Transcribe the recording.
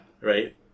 Right